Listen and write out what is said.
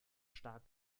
stark